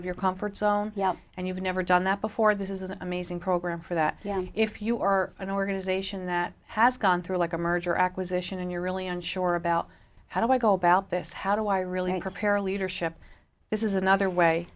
of your comfort zone and you've never done that before this is an amazing program for that if you or an organization that has gone through like a merger or acquisition and you're really unsure about how do i go about this how do i really prepare a leadership this is another way